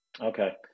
Okay